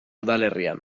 udalerrian